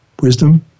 wisdom